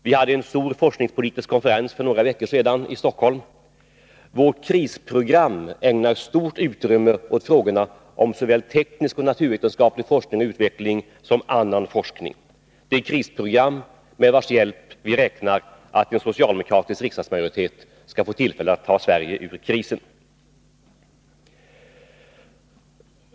Vi hade för några veckor sedan en stor forskningspolitisk konferens i Stockholm. Frågorna om såväl teknisk och naturvetenskaplig forskning och utveckling som annan forskning ägnas stort utrymme i vårt krisprogram — det program med vars hjälp vi räknar med att en socialdemokratisk riksdagsmajoritet skall få tillfälle att föra Sverige ur krisen.